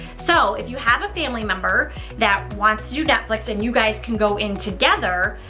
so if you have a family member that wants to do netflix and you guys can go in together,